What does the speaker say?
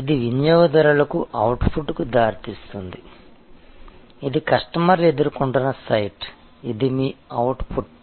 ఇది వినియోగదారులకు అవుట్పుట్కు దారితీస్తుంది ఇది కస్టమర్ ఎదుర్కొంటున్న సైట్ ఇది మీ అవుట్పుట్